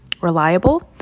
reliable